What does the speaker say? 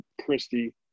Christy